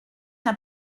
n’a